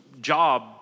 job